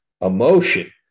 emotion